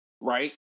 right